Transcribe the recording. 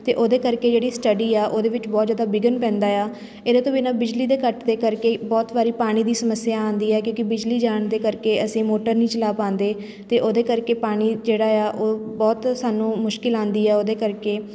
ਅਤੇ ਉਹਦੇ ਕਰਕੇ ਜਿਹੜੀ ਸਟੱਡੀ ਆ ਉਹਦੇ ਵਿੱਚ ਬਹੁਤ ਜ਼ਿਆਦਾ ਵਿਘਨ ਪੈਂਦਾ ਏ ਆ ਇਹਦੇ ਤੋਂ ਬਿਨਾਂ ਬਿਜਲੀ ਦੇ ਕੱਟ ਦੇ ਕਰਕੇ ਬਹੁਤ ਵਾਰੀ ਪਾਣੀ ਦੀ ਸਮੱਸਿਆ ਆਉਂਦੀ ਹੈ ਕਿਉਂਕਿ ਬਿਜਲੀ ਜਾਣ ਦੇ ਕਰਕੇ ਅਸੀਂ ਮੋਟਰ ਨਹੀਂ ਚਲਾ ਪਾਉਂਦੇ ਅਤੇ ਉਹਦੇ ਕਰਕੇ ਪਾਣੀ ਜਿਹੜਾ ਏ ਆ ਉਹ ਬਹੁਤ ਸਾਨੂੰ ਮੁਸ਼ਕਿਲ ਆਉਂਦੀ ਆ ਉਹਦੇ ਕਰਕੇ